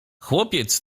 chłopiec